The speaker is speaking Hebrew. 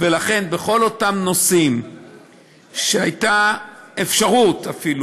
ולכן בכל אותם נושאים שהייתה אפשרות אפילו